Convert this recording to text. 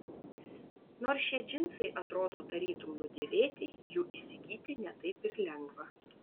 nors šie džinsai atrodo tarytum nudėvėti jų įsigyti ne taip ir lengva